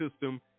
system